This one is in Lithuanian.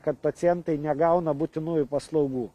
kad pacientai negauna būtinųjų paslaugų